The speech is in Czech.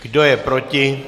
Kdo je proti?